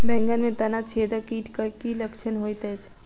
बैंगन मे तना छेदक कीटक की लक्षण होइत अछि?